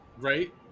Right